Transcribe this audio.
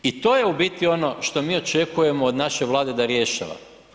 I to je u biti ono što mi očekujemo od naše Vlade da rješava.